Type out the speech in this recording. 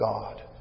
God